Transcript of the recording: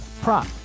prop